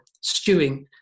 stewing